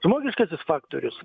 žmogiškasis faktorius